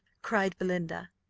cried belinda.